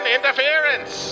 Interference